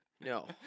No